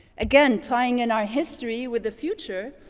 again, tying in our history with the future,